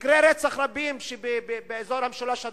מקרי רצח רבים באזור המשולש הדרומי,